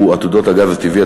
והוא עתודות הגז הטבעי.